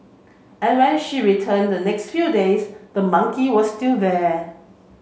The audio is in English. and when she returned the next few days the monkey was still there